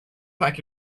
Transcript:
pack